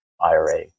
IRA